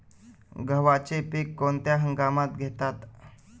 गव्हाचे पीक कोणत्या हंगामात घेतात?